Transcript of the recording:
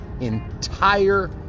entire